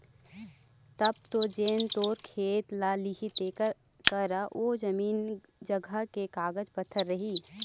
तब तो जेन तोर खेत ल लिही तेखर करा ओ जमीन जघा के कागज पतर रही